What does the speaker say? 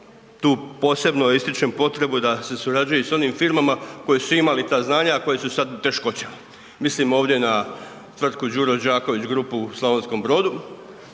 tu posebno ističem potrebu da se surađuje i s onim firmama koje su imali ta znanja, a koje su sad u teškoćama. Mislim ovdje na tvrtku „Đuro Đaković“, grupu u Slavonskom Brodu,